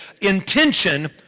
intention